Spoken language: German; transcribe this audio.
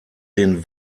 den